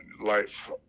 life